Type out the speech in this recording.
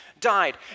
died